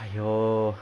!aiyo!